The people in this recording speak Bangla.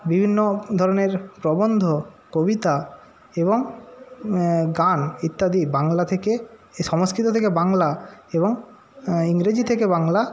বিভিন্ন ধরনের প্রবন্ধ কবিতা এবং গান ইত্যাদি বাংলা থেকে এ সংস্কৃত থেকে বাংলা এবং ইংরেজি থেকে বাংলা